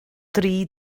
dri